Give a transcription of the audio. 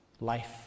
life